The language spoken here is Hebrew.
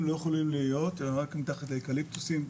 לא יכולים להיות-אלא רק מתחת לאקליפטוסים,